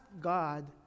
God